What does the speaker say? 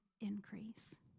increase